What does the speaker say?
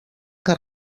que